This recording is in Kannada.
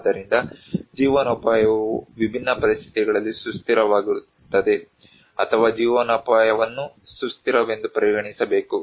ಆದ್ದರಿಂದ ಜೀವನೋಪಾಯವು ವಿಭಿನ್ನ ಪರಿಸ್ಥಿತಿಗಳಲ್ಲಿ ಸುಸ್ಥಿರವಾಗುತ್ತದೆ ಅಥವಾ ಜೀವನೋಪಾಯವನ್ನು ಸುಸ್ಥಿರವೆಂದು ಪರಿಗಣಿಸಬೇಕು